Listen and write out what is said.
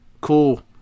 cool